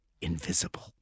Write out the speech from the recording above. invisible